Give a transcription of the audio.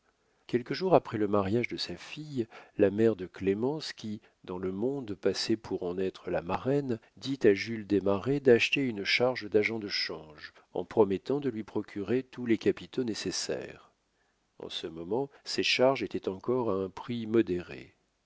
quelques jours après le mariage de sa fille la mère de clémence qui dans le monde passait pour en être la marraine dit à jules desmarets d'acheter une charge d'agent de change en promettant de lui procurer tous les capitaux nécessaires en ce moment ces charges étaient encore à un prix modéré